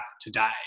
today